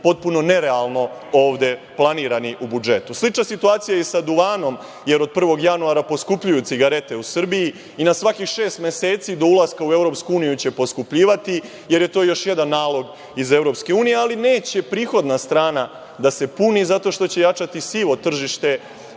potpuno nerealno ovde planirani u budžetu. Slična situacija je i sa duvanom, jer od 1. januara poskupljuju cigarete u Srbiji i na svakih šest meseci do ulaska u EU će poskupljivati, jer je to još jedan nalog iz EU, ali neće prihodna strana da se puni, zato što će jačati sivo tržište